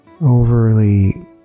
overly